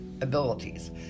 abilities